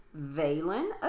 Valen